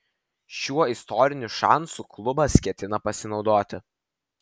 šiuo istoriniu šansu klubas ketina pasinaudoti